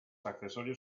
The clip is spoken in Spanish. accesorios